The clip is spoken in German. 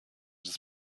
des